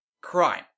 crime